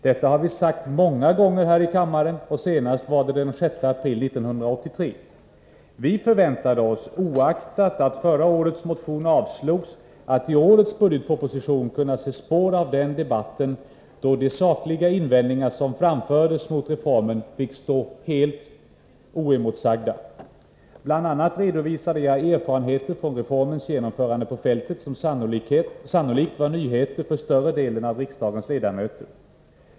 Detta har vi sagt många gånger här i kammaren. Senast var det den 6 april 1983. Vi förväntade oss, oaktat att motionen förra året avslogs, att i årets budgetproposition kunna se spår av den debatten, då de sakliga invändningar som framfördes emot reformen fick stå helt oemotsagda. Bl. a. redovisade jag erfarenheter från reformens genomförande på fältet, som sannolikt var nyheter för större delen av riksdagens ledamöter.